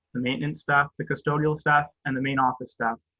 the maintenance staff, the custodial staff, and the main office staff,